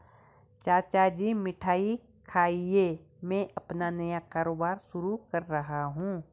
चाचा जी मिठाई खाइए मैं अपना नया कारोबार शुरू कर रहा हूं